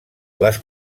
les